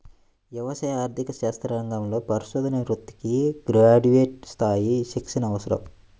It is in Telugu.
వ్యవసాయ ఆర్థిక శాస్త్ర రంగంలో పరిశోధనా వృత్తికి గ్రాడ్యుయేట్ స్థాయి శిక్షణ అవసరం